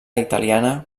italiana